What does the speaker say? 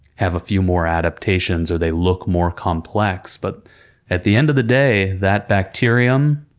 have a few more adaptations, or they look more complex. but at the end of the day, that bacterium,